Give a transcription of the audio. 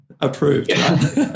approved